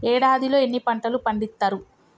ఏడాదిలో ఎన్ని పంటలు పండిత్తరు?